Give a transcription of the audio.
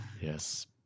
Yes